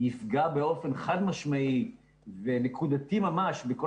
יפגע באופן חד משמעי ונקודתי ממש בכל